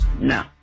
No